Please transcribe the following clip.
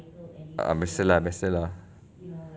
uh biasa lah biasa lah